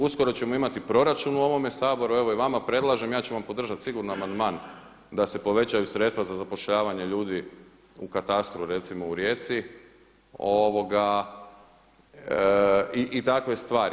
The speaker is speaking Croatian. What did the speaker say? Uskoro ćemo imati proračun u ovome Saboru, evo i vama predlažem ja ću vam podržati sigurno amandman da se povećaju sredstva za zapošljavanje ljudi u katastru recimo u Rijeci i takve stvari.